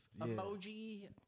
emoji